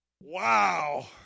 Wow